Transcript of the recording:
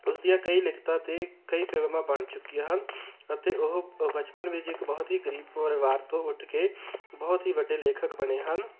ਉਸਦੀਆਂ ਕਈ ਲਿਖਤਾਂ ਅਤੇ ਕਈ ਫਿਲਮਾਂ ਬਣ ਚੁੱਕੀਆਂ ਹਨ ਅਤੇ ਉਹ ਬਚਪਨ ਵਿੱਚ ਇੱਕ ਬਹੁਤ ਹੀ ਗਰੀਬ ਪਰਿਵਾਰ ਤੋਂ ਉੱਠ ਕੇ ਬਹੁਤ ਹੀ ਵੱਡੇ ਲੇਖਕ ਬਣੇ ਹਨ